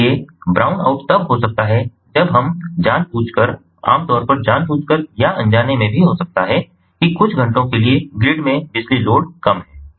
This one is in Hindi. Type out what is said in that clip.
इसलिए ब्राउन आउट तब हो सकता है जब हम जानबूझकर आमतौर पर जानबूझकर या अनजाने में भी हो सकता है कि कुछ घंटों के लिए ग्रिड में बिजली लोड कम है